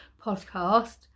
podcast